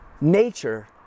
nature